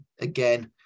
Again